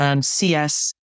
CS